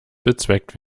bezweckt